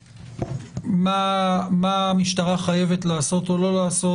מה המשטרה חייבת לעשות או לא לעשות,